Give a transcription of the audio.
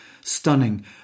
stunning